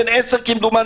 בן 10 כמדומני,